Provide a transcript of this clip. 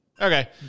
Okay